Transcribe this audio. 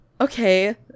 Okay